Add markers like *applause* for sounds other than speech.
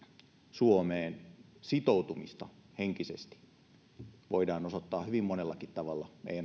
suomeen sitoutumista henkisesti voidaan osoittaa hyvin monellakin tavalla ei *unintelligible*